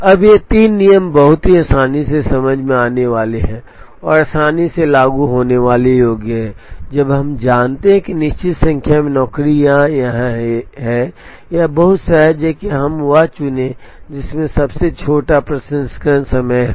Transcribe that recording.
अब ये तीन नियम बहुत ही आसानी से समझ में आने वाले हैं और आसानी से लागू होने योग्य हैं जब हम जानते हैं कि निश्चित संख्या में नौकरियां यहां हैं यह बहुत सहज है कि हम वह चुनें जिसमें सबसे छोटा प्रसंस्करण समय हो